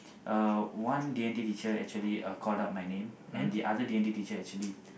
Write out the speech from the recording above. uh one D-and-T teacher actually uh called out my name and the other D-and-T teacher actually